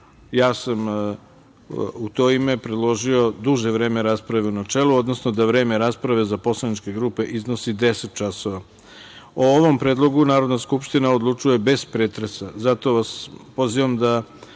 ja sam u to ime predložio duže vreme rasprave u načelu, odnosno da vreme rasprave za poslaničke grupe iznosi 10 časova.O ovom predlogu Narodna skupština odlučuje bez pretresa, zato vas pozivam i